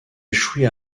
échoit